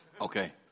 Okay